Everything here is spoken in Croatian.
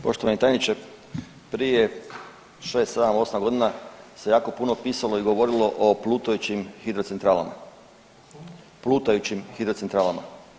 Poštovani tajniče, prije 6., 7., 8.g. se jako puno pisalo i govorilo o plutajućim hidrocentralama, plutajućim hidrocentralama.